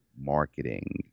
marketing